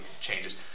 changes